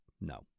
no